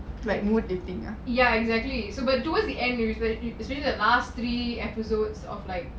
ya exactly so but towards the end we it's really the asked three episodes of like